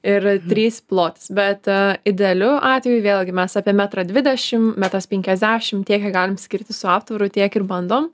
ir trys plotis bet idealiu atveju vėlgi mes apie metrą dvidešim metras penkiasdešim tiek kiek galim skirti su aptvaru tiek ir bandom